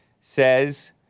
says